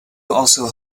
also